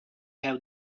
have